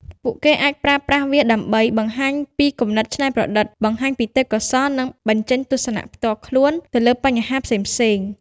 ពួកគេអាចប្រើប្រាស់វាដើម្បី បង្ហាញពីគំនិតច្នៃប្រឌិត បង្ហាញពីទេពកោសល្យ និង បញ្ចេញទស្សនៈផ្ទាល់ខ្លួន ទៅលើបញ្ហាផ្សេងៗ។